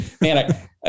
Man